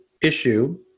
issue